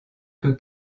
que